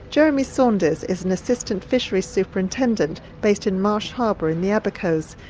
jeremy saunders is an assistant fisheries superintendent based in marsh harbour in the abacos,